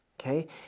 okay